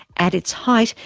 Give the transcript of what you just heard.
at its height,